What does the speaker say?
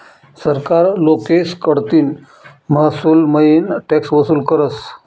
सरकार लोकेस कडतीन महसूलमईन टॅक्स वसूल करस